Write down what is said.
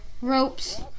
ropes